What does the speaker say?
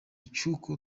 cy’uko